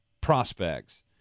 prospects